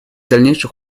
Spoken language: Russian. дальнейший